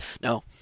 No